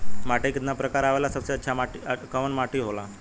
माटी के कितना प्रकार आवेला और सबसे अच्छा कवन माटी होता?